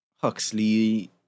Huxley